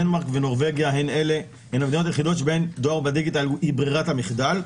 דנמרק ונורבגיה הן היחידות שדואר בדיגיטל היא ברירת המחדל.